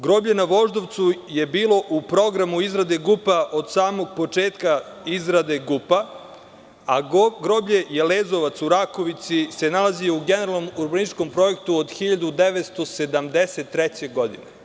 Groblje na Voždovcu je bilo u programu izrade GUP-a od samog početka izrade GUP-a, a groblje Jelezovac u Rakovici se nalazi u Generalnom urbanističkom projektu od 1973. godine.